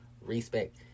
respect